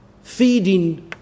feeding